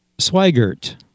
Swigert